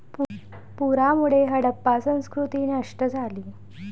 पुरामुळे हडप्पा संस्कृती नष्ट झाली